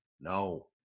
No